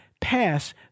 pass